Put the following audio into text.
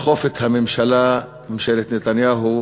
לדחוף את הממשלה, ממשלת נתניהו,